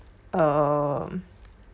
err